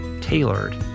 tailored